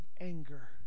anger